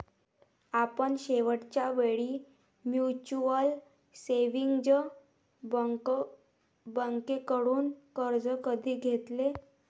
आपण शेवटच्या वेळी म्युच्युअल सेव्हिंग्ज बँकेकडून कर्ज कधी घेतले?